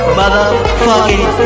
motherfucking